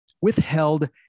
withheld